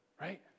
right